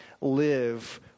live